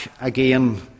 again